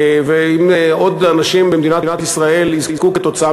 ואם עוד אנשים במדינת ישראל יזכו כתוצאה